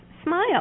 smile